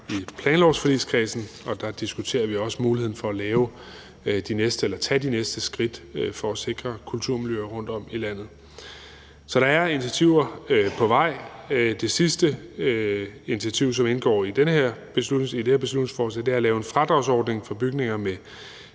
i planlovsforligskredsen, og der diskuterer vi også muligheden for at tage de næste skridt for at sikre kulturmiljøer rundtomkring i landet. Så der er initiativer på vej. Det sidste initiativ, som indgår i det her beslutningsforslag, er om at lave en fradragsordning for bygninger med